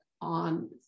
on